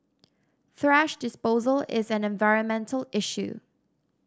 thrash disposal is an environmental issue